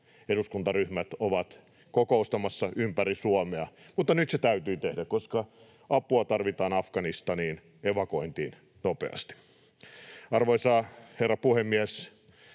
eduskuntaryhmät ovat kokoustamassa ympäri Suomea. Mutta nyt se täytyy tehdä, koska apua tarvitaan Afganistaniin evakuointiin nopeasti. Arvoisa herra puhemies!